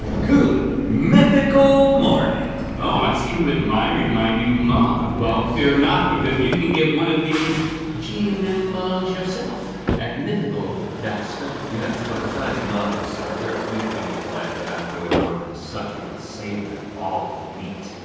good mythical morning. oh i see you admiring my new mug. well, fear not because you can get one of these gmm um um mugs yourself at mythical store. yes, but but besides mugs, there a few things in life that i enjoy more than a succulent, savory ball of meat.